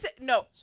No